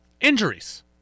Injuries